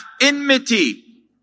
enmity